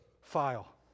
file